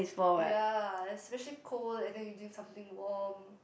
ya especially cold and then you drink something warm